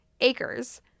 acres